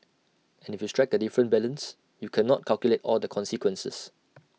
and if you strike A different balance you cannot calculate all the consequences